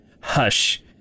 Hush